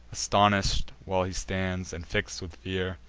astonish'd while he stands, and fix'd with fear,